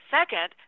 Second